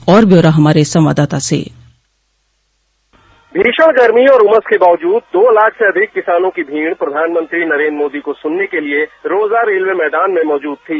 और ब्यौरा हमारे संवाददाता से भीषण गर्मी और उमस के बावजूद दो लाख से अधिक किसानों की भीड़ प्रधानमंत्री नरेन्द्र मोदी को सुनने के लिए रोजा रेलवे मैदान में मौजूद थी